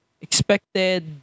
Expected